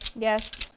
yes.